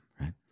right